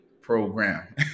program